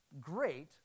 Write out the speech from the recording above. great